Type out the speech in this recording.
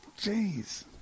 Jeez